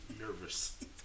nervous